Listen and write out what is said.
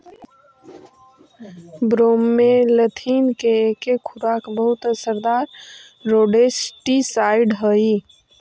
bromethalin के एके खुराक बहुत असरदार रोडेंटिसाइड हई